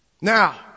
Now